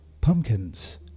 pumpkins